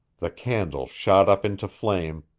the candle shot up into flame,